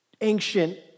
ancient